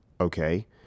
okay